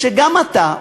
שגם אתה,